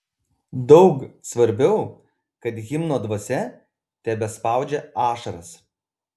daug svarbiau kad himno dvasia tebespaudžia ašaras